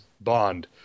Bond